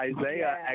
Isaiah